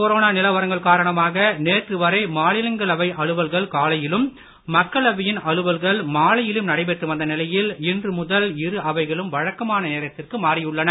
corona நிலவரங்கள் காரணமாக நேற்று வரை மாநிலங்களவை அலுவல்கள் காலையிலும் மக்களவையின் அலுவல்கள் மாலையிலும் நடைபெற்று வந்த நிலையில் இன்று முதல் இரு அவைகளும் வழக்கமான நேரத்திற்கு மாறியுள்ளன